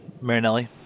marinelli